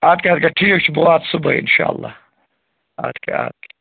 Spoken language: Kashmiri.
اَدٕ کیٛاہ اَدٕ کیٛاہ ٹھیٖک چھِ بہٕ واتہٕ صُبحٲے اِنشاء اللہ اَدٕ کیٛاہ اَدٕ